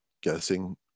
guessing